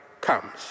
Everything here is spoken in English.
comes